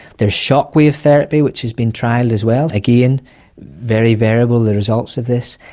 there's shock-wave therapy which has been trialled as well, again very variable, the results of this.